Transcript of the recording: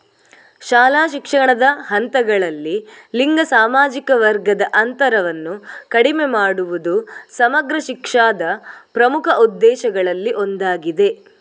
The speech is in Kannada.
ಶಾಲಾ ಶಿಕ್ಷಣದ ಹಂತಗಳಲ್ಲಿ ಲಿಂಗ ಸಾಮಾಜಿಕ ವರ್ಗದ ಅಂತರವನ್ನು ಕಡಿಮೆ ಮಾಡುವುದು ಸಮಗ್ರ ಶಿಕ್ಷಾದ ಪ್ರಮುಖ ಉದ್ದೇಶಗಳಲ್ಲಿ ಒಂದಾಗಿದೆ